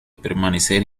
permanecer